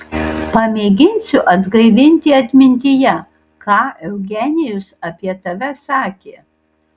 pamėginsiu atgaivinti atmintyje ką eugenijus apie tave sakė